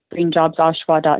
greenjobsoshawa.ca